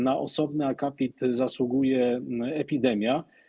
Na osobny akapit zasługuje epidemia.